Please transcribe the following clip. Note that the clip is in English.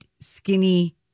skinny